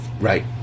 Right